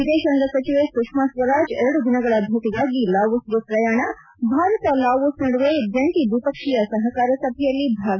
ವಿದೇಶಾಂಗ ಸಚಿವೆ ಸುಷ್ಮಾ ಸ್ವರಾಜ್ ಎರಡು ದಿನಗಳ ಭೇಟಿಗಾಗಿ ಲಾವೋಸ್ಗೆ ಪ್ರಯಾಣ ಭಾರತ ಲಾವೋಸ್ ನಡುವೆ ಜಂಟಿ ದ್ವಿಪಕ್ಷೀಯ ಸಹಕಾರ ಸಭೆಯಲ್ಲಿ ಭಾಗಿ